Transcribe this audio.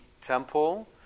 temple